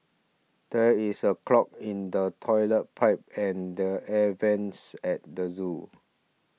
there is a clog in the Toilet Pipe and the Air Vents at the zoo